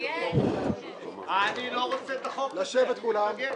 שאם מועצת הרשות מאשרת,